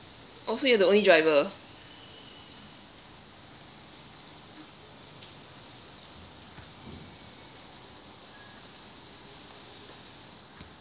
oh so you are the only driver